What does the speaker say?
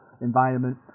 environment